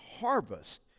harvest